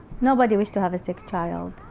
nobody wants to have a sick child.